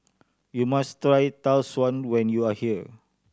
you must try Tau Suan when you are here